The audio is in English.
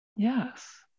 Yes